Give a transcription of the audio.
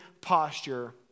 posture